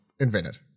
invented